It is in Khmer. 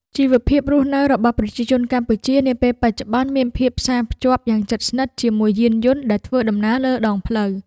ជីវភាពរស់នៅរបស់ប្រជាជនកម្ពុជានាពេលបច្ចុប្បន្នមានភាពផ្សារភ្ជាប់យ៉ាងជិតស្និទ្ធជាមួយយានយន្តដែលធ្វើដំណើរលើដងផ្លូវ។